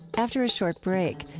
after a short break,